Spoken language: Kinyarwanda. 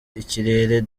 ikirere